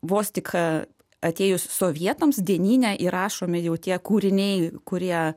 vos tik atėjus sovietams dienyne įrašomi jau tie kūriniai kurie